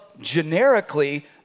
generically